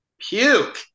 Puke